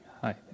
Hi